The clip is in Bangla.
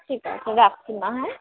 ঠিক আছে রাখছি মা হ্যাঁ